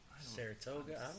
Saratoga